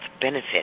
benefit